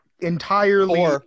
entirely